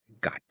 got